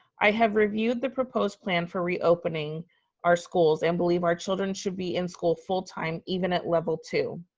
i have reviewed the proposed plan for reopening our schools and believe our children should be in school full time even at level two.